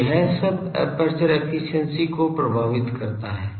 तो यह सब एपर्चर एफिशिएंसी को प्रभावित करता है